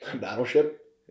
Battleship